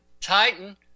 Titan